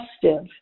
festive